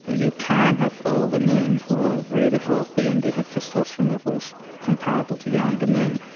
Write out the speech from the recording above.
ah you can have older men who are really healthy and they have testosterone levels comparable to younger men.